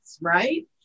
right